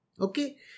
Okay